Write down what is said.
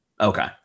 Okay